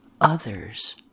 others